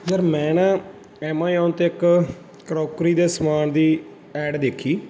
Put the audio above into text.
ਯਾਰ ਮੈਂ ਨਾ ਐਮਾਜ਼ੋਨ 'ਤੇ ਇੱਕ ਕਰੋਕਰੀ ਦੇ ਸਮਾਨ ਦੀ ਐਡ ਦੇਖੀ